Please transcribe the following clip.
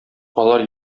алар